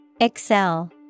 Excel